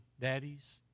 daddies